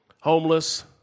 homeless